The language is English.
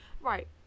Right